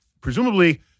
presumably